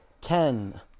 ten